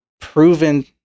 proven